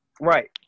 Right